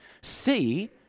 See